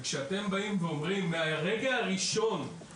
כשאתם באים ואומרים שעוד לפני שהמטפלת